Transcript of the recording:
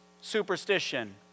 superstition